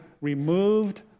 removed